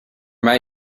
mij